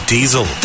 Diesel